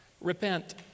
Repent